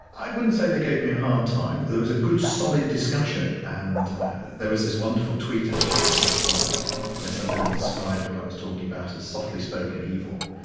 i wouldn't say they gave me a hard time. there was a good, solid discussion. and there was this wonderful tweet actually at one point where somebody described what i was talking about as softly spoken evil,